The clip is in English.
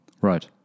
Right